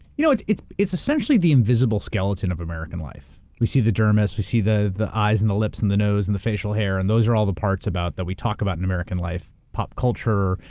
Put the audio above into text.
you know it's it's essentially the invisible skeleton of american life. we see the dermis, we see the the eyes and the lips and the nose and the facial hair, and those are all the parts about that we talk about in american life pop culture,